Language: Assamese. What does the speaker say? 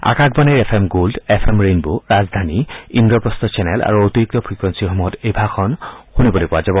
আকাশবাণীৰ F M gold F M rainbow ৰাজধানী ইন্দ্ৰপ্ৰস্থ চেনেল আৰু অতিৰিক্ত ফ্ৰিকুয়েলীসমূহত এই ভাষণ শুনিবলৈ পোৱা যাব